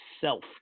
self